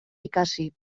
ikasi